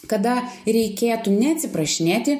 kada reikėtų neatsiprašinėti